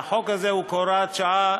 החוק הזה הוא כהוראת שעה,